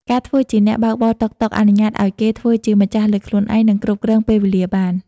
ការធ្វើជាអ្នកបើកបរតុកតុក អនុញ្ញាតឱ្យគេធ្វើជាម្ចាស់លើខ្លួនឯង និងគ្រប់គ្រងពេលវេលាបាន។